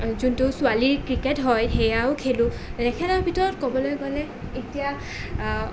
যোনটো ছোৱালী ক্ৰিকেট হয় সেয়াও খেলোঁ নেখেলাৰ ভিতৰত ক'বলৈ গ'লে এতিয়া